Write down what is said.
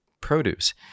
produce